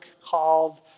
called